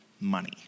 money